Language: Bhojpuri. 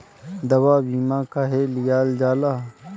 दवा बीमा काहे लियल जाला?